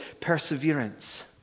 perseverance